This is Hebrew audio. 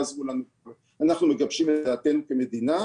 אני רוצה לתת דוגמה שאנחנו עוסקים בה בימים אלה,